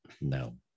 no